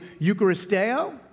eucharisteo